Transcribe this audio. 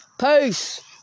Peace